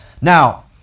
Now